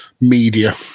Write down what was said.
media